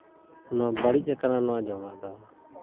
ᱱᱚᱣᱟ ᱵᱟᱹᱲᱤᱡ ᱠᱟᱱᱟ ᱱᱚᱣᱟ ᱡᱚᱢᱟᱜ ᱫᱚ